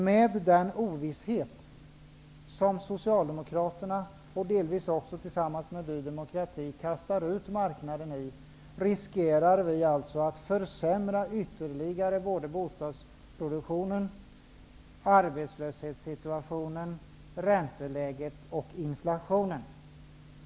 Med den ovisshet, som Socialdemokraterna och delvis också Ny demokrati kastar ut marknaden i, riskerar vi att ytterligare försämra bostadssubventionen, arbetslöshetssituationen, ränteläget och inflationen.